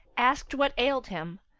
asked what ailed him.